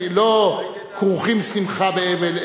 לא כרוכים שמחה באבל,